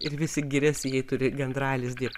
ir visi giriasi jei turi gandralizdį